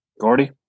Gordy